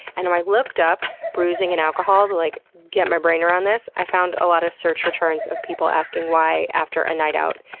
and i looked up, bruising and alcohol, to like get my brain around this, i found a lot of search returns of people asking why, after a night out,